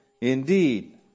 Indeed